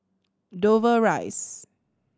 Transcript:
Dover Rise